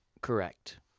correct